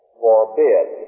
forbid